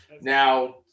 Now